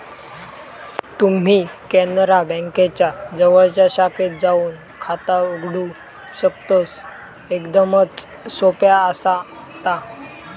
तुम्ही कॅनरा बँकेच्या जवळच्या शाखेत जाऊन खाता उघडू शकतस, एकदमच सोप्या आसा ता